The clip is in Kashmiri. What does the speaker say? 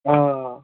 آ